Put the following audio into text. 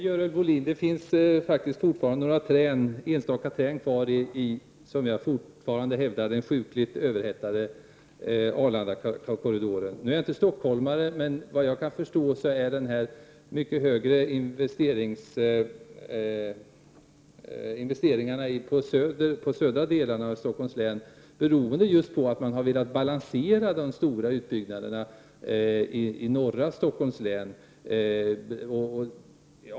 Herr talman! Nej, Görel Bohlin, det finns fortfarande kvar några enstaka träd i den, som jag fortfarande hävdar, sjukligt överhettade Arlandakorridoren. Jag är själv inte stockholmare, men enligt vad jag kan förstå beror de mycket större investeringarna i de södra delarna av Stockholms län på att man har velat balansera de stora utbyggnaderna i norra delen av Stockholms län.